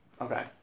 Okay